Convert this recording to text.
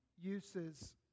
uses